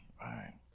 Right